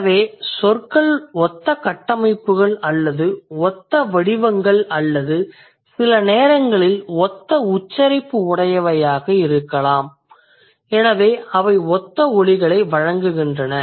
எனவே சொற்கள் ஒத்த கட்டமைப்புகள் அல்லது ஒத்த வடிவங்கள் அல்லது சில நேரங்களில் ஒத்த உச்சரிப்பு உடையதாக உள்ளன எனவே அவை ஒத்த ஒலிகளை வழங்குகின்றன